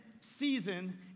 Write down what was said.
season